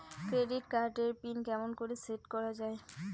Credit card এর PIN কেমন করি সেট করা য়ায়?